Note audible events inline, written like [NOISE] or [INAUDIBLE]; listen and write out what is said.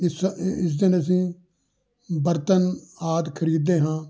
ਇਸ [UNINTELLIGIBLE] ਇਸ ਦਿਨ ਅਸੀਂ ਬਰਤਨ ਆਦਿ ਖਰੀਦਦੇ ਹਾਂ